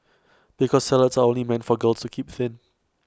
because salads are only meant for girls to keep thin